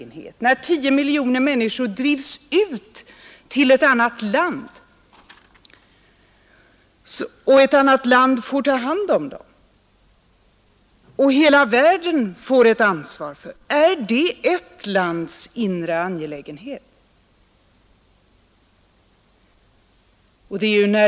När 10 miljoner människor drivs ut till ett annat land, när det landet får ta hand om dem och hela världen får ett ansvar — är det ett lands inre angelägenhet?